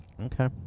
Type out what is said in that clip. okay